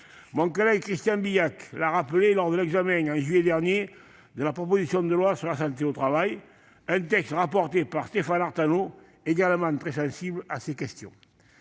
Mon collègue Christian Bilhac l'a rappelé lors de l'examen, en juillet dernier, de la proposition de loi sur la santé au travail, dont le rapporteur Stéphane Artano est également très sensible à ces questions.